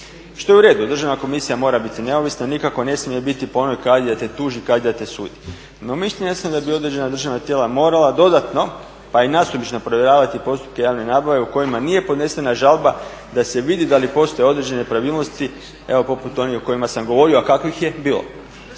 što je uredu. Državna komisija mora biti neovisna i nikako ne smije biti po onoj kadija te tuži, kadija te sudi. No mišljenja sam da bi određena državna tijela morala dodatno pa i nasumično provjeravati postupke javne nabave u kojima nije podnesena žalba da se vidi da li postoje određene pravilnosti evo poput onih o kojima sam govorio, a kakvih je bilo